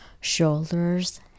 Shoulders